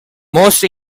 most